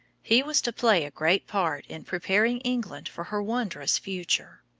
he was to play a great part in preparing england for her wondrous future.